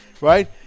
right